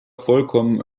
vollkommen